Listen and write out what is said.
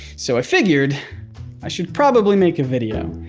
so i figured i should probably make a video.